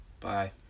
bye